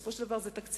בסופו של דבר זה תקציבי,